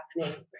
happening